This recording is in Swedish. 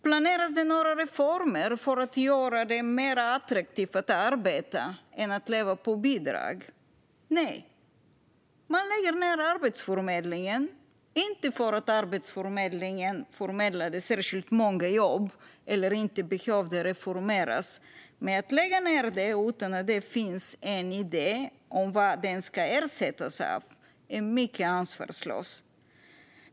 Planeras några reformer för att göra det mer attraktivt att arbeta än att leva på bidrag? Nej. Man lägger ned Arbetsförmedlingen. Inte för att den förmedlade särskilt många jobb eller inte behövde reformeras, men att lägga ned den utan att det finns en idé om vad den ska ersättas med är mycket ansvarslöst.